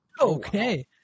Okay